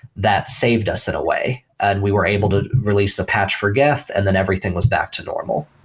that saved us in a way and we were able to release a patch for geth and then everything was back to normal.